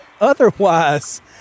otherwise –